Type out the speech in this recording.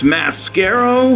Mascaro